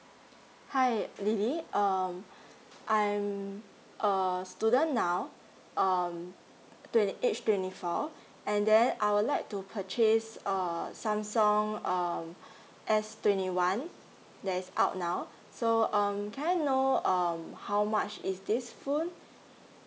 hi lily um I'm err student now um twenty age twenty four and then I would like to purchase err samsung um S twenty one that is out now so um can I know um how much is this phone